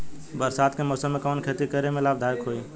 बरसात के मौसम में कवन खेती करे में लाभदायक होयी?